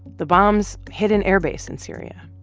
the bombs hit an airbase in syria.